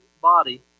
body